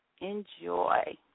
enjoy